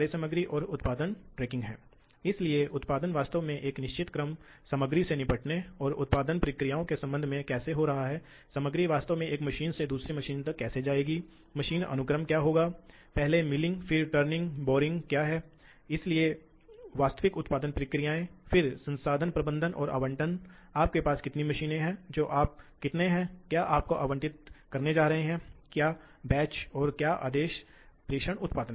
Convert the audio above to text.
सीसा की पिच में एफ गेंद पेंच की पिच टोक़ के बराबर होनी चाहिए क्योंकि आप एक रोटेशन जानते हैं इसलिए एक रोटेशन दो बार ians रेडियन है इसलिए 2πx टीएल यह इनपुट ऊर्जा है आउटपुट ऊर्जा क्या है आउटपुट ऊर्जा इस बल को पिच में डालती है और कुछ दक्षता कारक द्वारा गुणा की जाती है इसलिए आपको पता है कि इनपुट और आउटपुट कारकों में दक्षता होगी और कुछ अन्य घर्षण टोर भी हैं